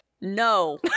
No